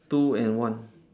two and one